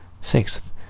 Sixth